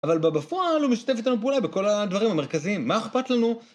אבל בבפועל הוא משתף איתנו פעולה בכל הדברים המרכזיים, מה אכפת לנו?